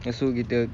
lepas tu kita